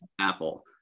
Apple